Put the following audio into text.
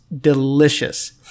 delicious